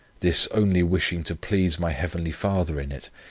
this only wishing to please my heavenly father in it,